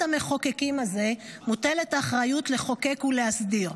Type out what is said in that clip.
המחוקקים הזה מוטלת האחריות לחוקק ולהסדיר.